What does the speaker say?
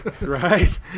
right